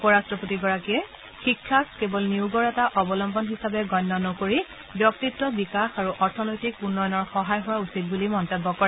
উপ ৰাট্টপতিগৰাকীয়ে শিক্ষাক কেৱল নিয়োগৰ এটা অৱলম্বন হিচাপে গণ্য নকৰি ব্যক্তিত্ব বিকাশ আৰু অৰ্থনৈতিক উন্নয়নৰ সহায় হোৱা উচিত বুলি মন্তব্য কৰে